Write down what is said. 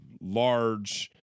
large